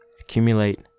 Accumulate